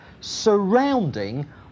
surrounding